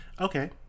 Okay